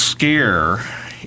Scare